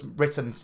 written